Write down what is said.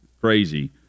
crazy